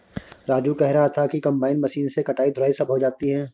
राजू कह रहा था कि कंबाइन मशीन से कटाई धुलाई सब हो जाती है